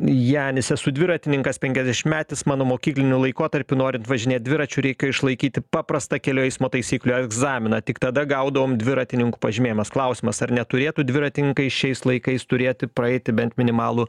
janis esu dviratininkas penkiasdešimtmetis mano mokykliniu laikotarpiu norint važinėt dviračiu reikėjo išlaikyti paprastą kelių eismo taisyklių egzaminą tik tada gaudavom dviratininkų pažymėjimas klausimas ar neturėtų dviratininkai šiais laikais turėti praeiti bent minimalų